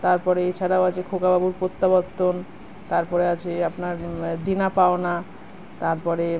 তারপরে এছাড়াও আছে খোকাবাবুর প্রত্যাবর্তন তারপরে আছে আপনার দেনাপাওনা তারপরে